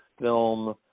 film